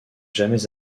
jamais